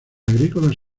agrícolas